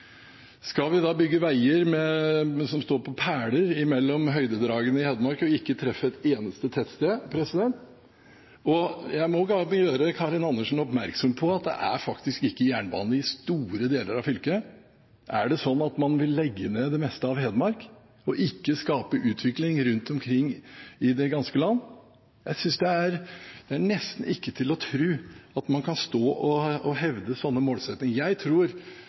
vi da bygge veier som står på pæler mellom høydedragene i Hedmark, og ikke treffe et eneste tettsted? Jeg må gjøre Karin Andersen oppmerksom på at det faktisk ikke er jernbane i store deler av fylket. Er det sånn at man vil legge ned det meste av Hedmark – og at man ikke vil skape utvikling rundt omkring i det ganske land? Jeg synes det nesten ikke er til å tro at man kan hevde sånne målsettinger. Det var mye diskusjon i komiteen, og